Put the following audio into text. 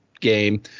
game